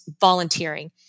volunteering